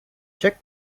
check